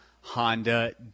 Honda